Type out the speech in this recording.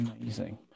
Amazing